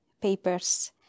papers